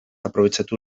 aprobetxatu